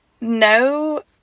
no